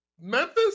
Memphis